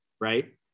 Right